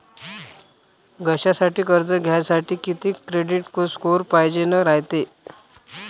धंद्यासाठी कर्ज घ्यासाठी कितीक क्रेडिट स्कोर पायजेन रायते?